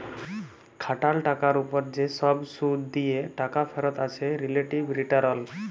খাটাল টাকার উপর যে সব শুধ দিয়ে টাকা ফেরত আছে রিলেটিভ রিটারল